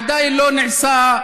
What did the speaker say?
עדיין לא נעשה,